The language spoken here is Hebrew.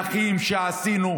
ומהלכים שעשינו,